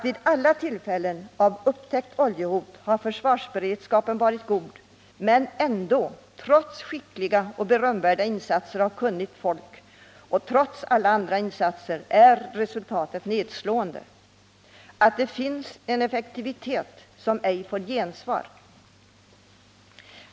Vid alla tillfällen av upptäckt oljehot har försvarsberedskapen varit god, men ändå — trots skickliga och berömvärda insatser av kunnigt folk och trots alla andra insatser — är resultatet nedslående: Det finns en effektivitet som ej får gensvar.